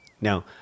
Now